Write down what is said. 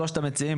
שלושת המציעים,